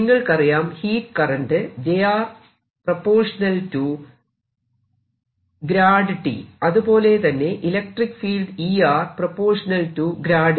നിങ്ങൾക്കറിയാം heat current j T അതുപോലെ തന്നെ ഇലക്ട്രിക്ക് ഫീൽഡ് E V